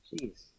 Jeez